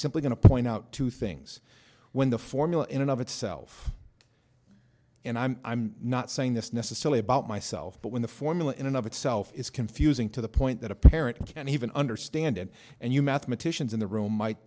simply going to point out two things when the formula in and of itself and i'm not saying this necessarily about myself but when the formula in and of itself is confusing to the point that a parent can even understand it and you mathematicians in the